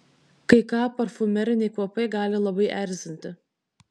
kai ką parfumeriniai kvapai gali labai erzinti